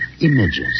images